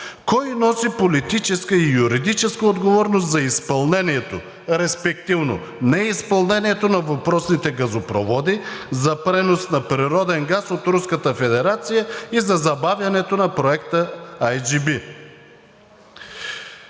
кой носи политическа и юридическа отговорност за изпълнението, респективно неизпълнението, на въпросните газопроводи за пренос на природен газ от Руската федерация и за забавянето на Проекта IGB.